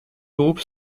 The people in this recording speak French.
groupe